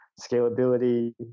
scalability